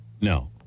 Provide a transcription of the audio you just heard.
No